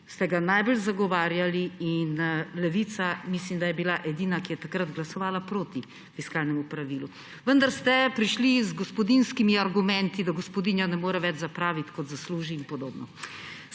mandatu najbolj zagovarjali, in Levica, mislim, da je bila edina, ki je takrat glasovala proti fiskalnemu pravilu. Vendar ste prišli z gospodinjskimi argumenti, da gospodinja ne more več zapraviti, kot zasluži in podobno.